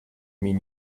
mean